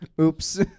Oops